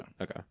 Okay